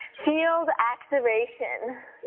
feel the activation,